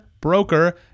broker